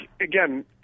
again